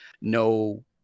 no